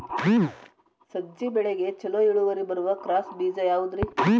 ಸಜ್ಜೆ ಬೆಳೆಗೆ ಛಲೋ ಇಳುವರಿ ಬರುವ ಕ್ರಾಸ್ ಬೇಜ ಯಾವುದ್ರಿ?